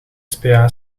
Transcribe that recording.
spa